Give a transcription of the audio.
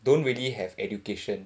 don't really have education